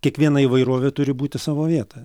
kiekviena įvairovė turi būti savo vietoj